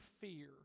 fear